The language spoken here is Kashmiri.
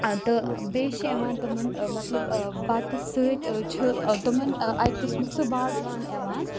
تہٕ بیٚیہِ چھِ یِوان تِمَن مطلب بَتَس سۭتۍ چھُ تِمَن اَکہِ قٕسمُک سُہ باز یِوان یِوان